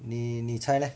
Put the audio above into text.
你你猜勒